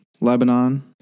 Lebanon